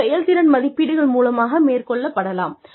இவை செயல்திறன் மதிப்பீடுகள் மூலமாக மேற்கொள்ளப்படலாம்